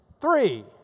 three